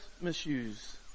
misuse